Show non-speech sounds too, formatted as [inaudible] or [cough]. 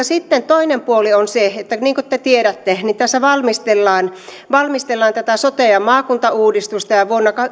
[unintelligible] sitten toinen puoli on se että niin kuin te tiedätte tässä valmistellaan valmistellaan tätä sote ja maakuntauudistusta ja vuonna